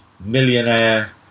millionaire